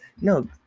No